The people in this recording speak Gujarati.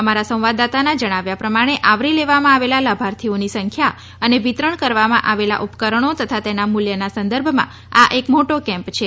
અમારા સંવાદદાતાના જણાવ્યા પ્રમાણે આવરી લેવામાં આવેલા લાભાર્થીઓની સંખ્યા અને વિતરણ કરવામાં આવેલા ઉપકરણો તથા તેના મૂલ્યના સંદર્ભમાં સૌથી મોટો કેમ્પ છે